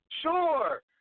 Sure